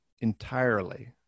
entirely